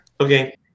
Okay